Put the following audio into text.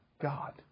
God